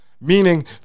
Meaning